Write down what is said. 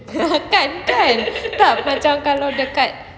kan kan tak macam kalau dekat